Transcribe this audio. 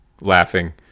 laughing